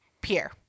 Pierre